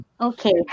Okay